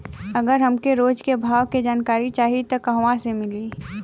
अगर हमके रोज के भाव के जानकारी चाही त कहवा से मिली?